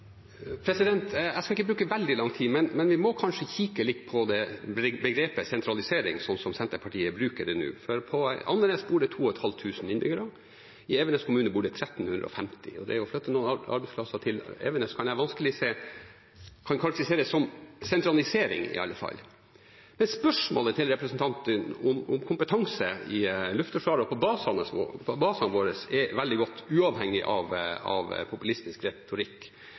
Jeg skal ikke bruke veldig lang tid, men vi må kanskje kikke litt på begrepet «sentralisering», sånn som Senterpartiet bruker det nå. På Andenes bor det 2 500 innbyggere, i Evenes kommune bor det 1 350. Noen arbeidsplasser til Evenes kan jeg vanskelig se kan karakteriseres som sentralisering, i alle fall. Men spørsmålet til representanten Navarsete om kompetanse i Luftforsvaret og på basene vår er veldig godt, uavhengig av populistisk retorikk.